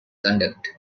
conduct